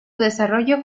desarrollo